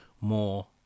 more